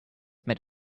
made